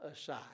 aside